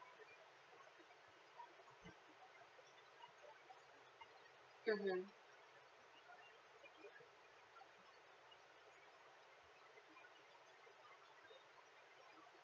mmhmm